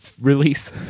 release